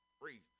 free